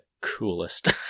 coolest